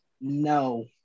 no